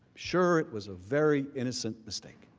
sure it was a very innocent mistake.